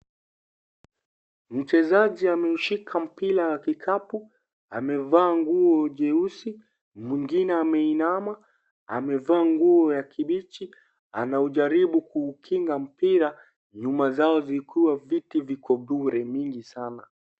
Mchezaji ameshika mpira wa kikapu amevaa nguo jeusi, mwingine ameinama amevaa nguo ya kibichi anaujaribu kukinga mpira nyuma zao vikiwa viti viko bure sana.